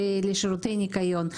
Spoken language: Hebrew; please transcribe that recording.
לשירותי ניקיון.